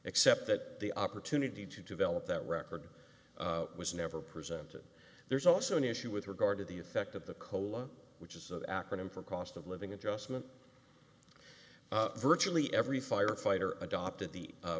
except that the opportunity to develop that record was never presented there's also an issue with regard to the effect of the cola which is that acronym for cost of living adjustment virtually every firefighter adopted the